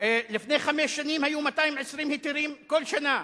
עד לפני חמש שנים היו 220 היתרים כל שנה,